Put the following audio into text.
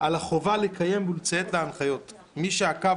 על החובה לקיים ולציית להנחיות מי שעקב